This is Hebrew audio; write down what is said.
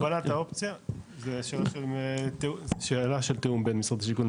בנה את האופציה, שאלה של תיאום בין משרד השיכון.